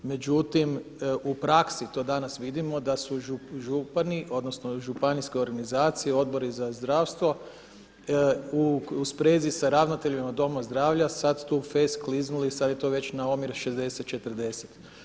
Međutim u praksi to danas vidimo da su župani odnosno županijske organizacije, odbori za zdravstvo u sprezi sa ravnateljima domova zdravlja sada tu fest kliznuli, sada je to već na omjer 60:40.